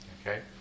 Okay